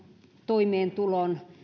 toimeentulon